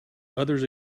others